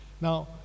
Now